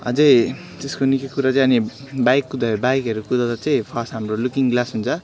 अझै त्यसको निकै कुरा चाहिँ अनि बाइक कुदाइ बाइकहरू कुदाउँदा चाहिँ फर्स्ट हाम्रो लुकिङ ग्लास हुन्छ